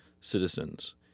citizens